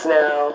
now